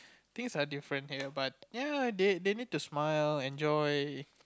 things are different ya but ya they need to smile enjoy